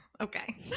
okay